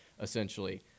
essentially